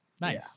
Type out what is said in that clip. Nice